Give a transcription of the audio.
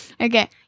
Okay